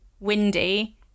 Windy